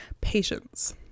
patience